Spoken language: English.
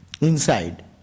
inside